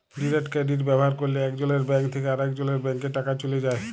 direct credit ব্যাভার ক্যরলে একজলের ব্যাংক থ্যাকে আরেকজলের ব্যাংকে টাকা চ্যলে যায়